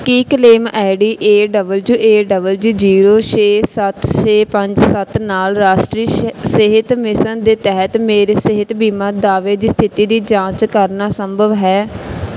Ki claim ID A W A W zero ਛੇ ਸੱਤ ਛੇ ਪੰਜ ਸੱਤ ਨਾਲ ਰਾਸ਼ਟਰੀ ਸਿਹਤ ਮਿਸ਼ਨ ਦੇ ਤਹਿਤ ਮੇਰੇ ਸਿਹਤ ਬੀਮਾ ਦਾਅਵੇ ਦੀ ਸਥਿਤੀ ਦੀ ਜਾਂਚ ਕਰਨਾ ਸੰਭਵ ਹੈ